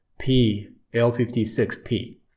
PL56P